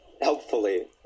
helpfully